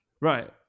Right